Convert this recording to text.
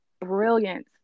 brilliant